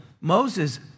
Moses